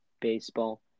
baseball